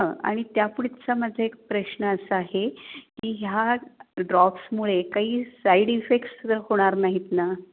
हं आणि त्यापुढचा माझा एक प्रश्न असा आहे की ह्या ड्रॉप्समुळे काही साईड इफेक्ट्स तर होणार नाहीत ना